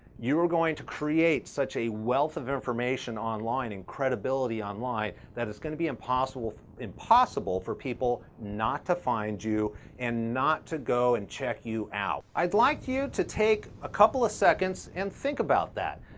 you are going to create such a wealth of information online, and credibility online, that it's gonna be impossible impossible for people not to find you and not to go and check you out. i'd like you to take a couple of seconds and think about that,